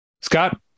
Scott